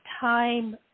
time